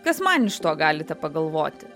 kas man iš to galite pagalvoti